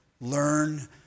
learn